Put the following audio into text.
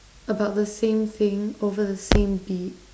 about the same thing over the same beat